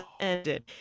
ended